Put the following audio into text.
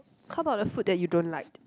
how about the food that you don't like